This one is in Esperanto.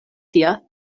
tia